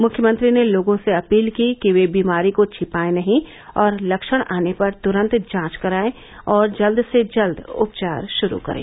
मुख्यमंत्री ने लोगों से अपील की कि वे बीमारी को छिपाये नहीं और लक्षण आने पर तुरन्त जांच करायें और जल्द से जल्द उपचार शुरू करें